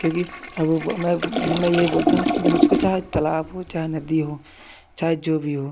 क्योंकि वो मैं मैं ये बोलता हूँ कि मुझको चाहे तालाब हो चाहे नदी हो चाहे जो भी हो